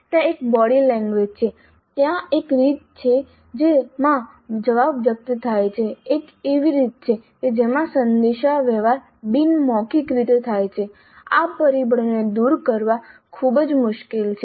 ત્યાં એક body language છે ત્યાં એક રીત છે જેમાં જવાબ વ્યક્ત થાય છે એક એવી રીત છે કે જેમાં સંદેશાવ્યવહાર બિન મૌખિક રીતે થાય છે આ પરિબળોને દૂર કરવા ખૂબ જ મુશ્કેલ છે